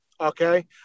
okay